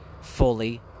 fully